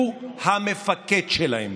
הוא המפקד שלהם.